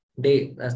day